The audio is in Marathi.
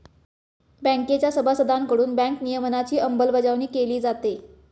बँकेच्या सभासदांकडून बँक नियमनाची अंमलबजावणी केली जाते